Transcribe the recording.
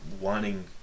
wanting